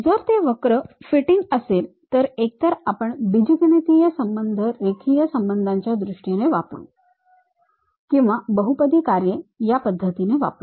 जर ते वक्र फिटिंग असेल तर एकतर आपण बीजगणितीय संबंध रेखीय संबंधांच्या दृष्टीने वापरू किंवा बहुपदी कार्ये या पद्धतीने वापरू